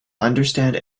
understand